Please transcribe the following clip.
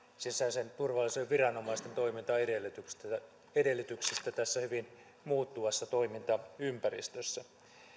sisäisen turvallisuuden viranomaisten toimintaedellytyksistä tässä hyvin muuttuvassa toimintaympäristössä